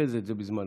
וריכז את זה בזמנו.